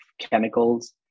chemicals